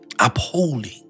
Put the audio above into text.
Upholding